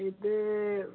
ഇത്